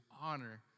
honor